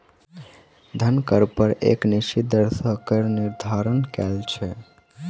धन कर पर एक निश्चित दर सॅ कर निर्धारण कयल छै